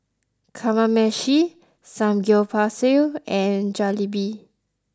Kamameshi Samgeyopsal and Jalebi